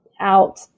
out